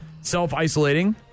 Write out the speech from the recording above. self-isolating